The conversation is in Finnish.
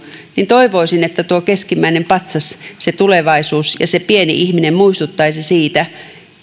niin tuo keskimmäinen patsas tulevaisuus ja pieni ihminen muistuttaisivat siitä